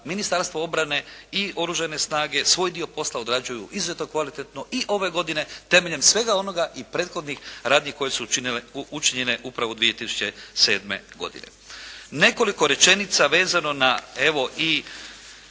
Ministarstvo obrane i Oružane snage svoj dio posla odrađuju izuzetno kvalitetno i ove godine temeljem svega onoga i prethodnih radnji koje su učinjene upravo 2007. godine. Nekoliko rečenica vezano na, evo, i